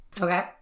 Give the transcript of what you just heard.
Okay